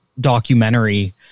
documentary